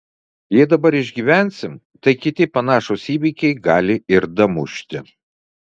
jei dabar išgyvensim tai kiti panašūs įvykiai gali ir damušti